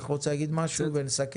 אני,